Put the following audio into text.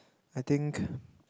I think